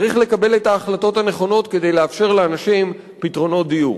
צריך לקבל את ההחלטות הנכונות כדי לאפשר לאנשים פתרונות דיור.